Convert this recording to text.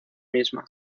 misma